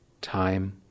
time